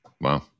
Wow